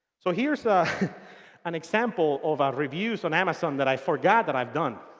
so here's an example of reviews on amazon that i forgot that i've done.